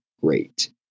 great